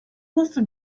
nasıl